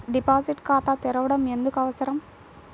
Deposit ఖాతా తెరవడం ఎందుకు అవసరం?